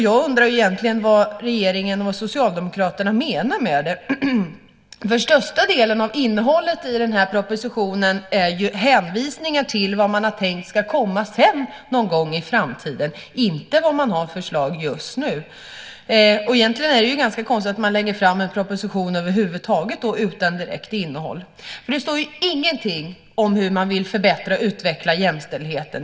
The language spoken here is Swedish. Jag undrar vad regeringen och Socialdemokraterna egentligen menar med det, för den största delen av innehållet i propositionen är hänvisningar till vad man har tänkt ska komma någon gång i framtiden, inte vad man har för förslag just nu. Egentligen är det ju ganska konstigt att man lägger fram en proposition över huvud taget utan direkt innehåll. Det står ju ingenting om hur man vill förbättra och utveckla jämställdheten.